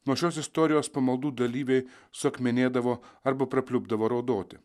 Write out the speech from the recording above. nuo šios istorijos pamaldų dalyviai suakmenėdavo arba prapliupdavo raudoti